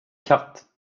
katt